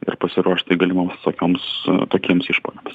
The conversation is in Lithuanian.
ir pasiruošti galimoms tokioms tokiems išpuoliams